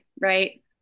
right